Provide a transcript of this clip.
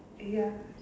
ya